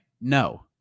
No